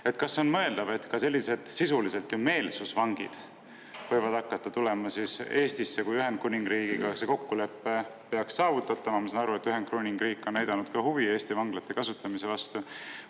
Kas on mõeldav, et ka sellised sisuliselt meelsusvangid võivad hakata tulema Eestisse, kui Ühendkuningriigiga see kokkulepe peaks saavutatama? Ma saan aru, et Ühendkuningriik on näidanud üles huvi Eesti vanglate kasutamise vastu.